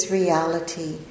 reality